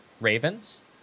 ravens